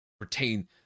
retain